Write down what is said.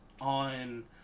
on